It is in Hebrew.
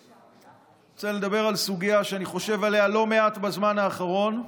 אני רוצה לדבר על סוגיה שאני חושב עליה לא מעט בזמן האחרון,